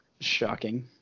Shocking